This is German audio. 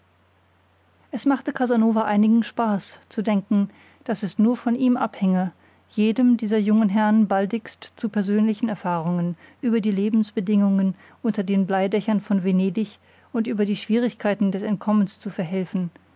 es machte casanova einigen spaß zu denken daß es nur von ihm abhinge jedem dieser jungen herrn baldigst zu persönlichen erfahrungen über die lebensbedingungen unter den bleidächern von venedig und über die schwierigkeiten des entkommens zu verhelfen